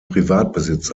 privatbesitz